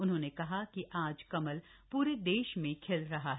उन्होंने कहा कि आज कमल प्रे देश में खिल रहा है